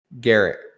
Garrett